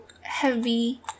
heavy